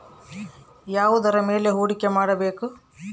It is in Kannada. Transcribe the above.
ಯಾವುದರ ಮೇಲೆ ಹೂಡಿಕೆ ಮಾಡಬೇಕು?